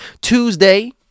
Tuesday